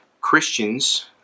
Christians